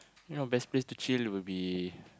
you know best place to chill will be